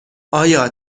آیا